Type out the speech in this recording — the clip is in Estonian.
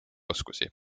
oskusi